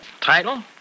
Title